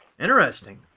Interesting